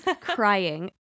crying